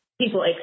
people